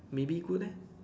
maybe good leh